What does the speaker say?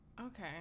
okay